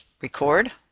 Record